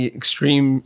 extreme